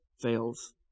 fails